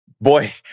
boy